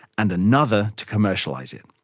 and another to commericalise it.